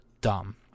Dumb